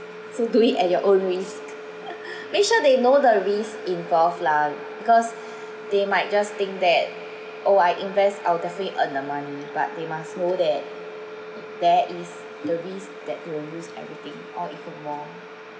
so do it at your own risk make sure they know the risks involve lah because they might just think that oh I invest I'll definitely earn the money but they must know that there is the risk that they will lose everything or even more